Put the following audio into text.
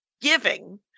giving